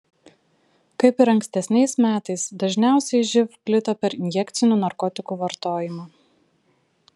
kaip ir ankstesniais metais dažniausiai živ plito per injekcinių narkotikų vartojimą